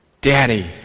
Daddy